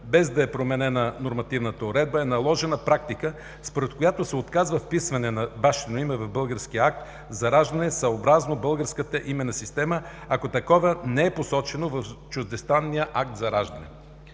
без да е променена нормативната уредба, е наложена практика, според която се отказва вписване на бащино име в българския акт за раждане съобразно българската именна система, ако такова не е посочено в чуждестранния акт за раждане.